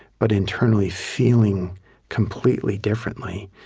but internally feeling completely differently,